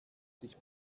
sich